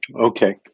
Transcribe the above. Okay